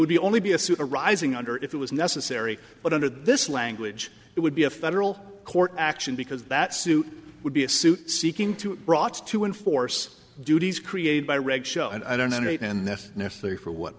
would be only be a suit arising under if it was necessary but under this language it would be a federal court action because that suit would be a suit seeking to brought to enforce duties created by reg show and i donate and that's necessary for what